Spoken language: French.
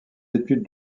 études